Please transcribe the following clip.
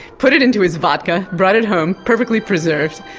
put it into his vodka, brought it home perfectly preserved,